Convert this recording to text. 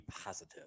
positive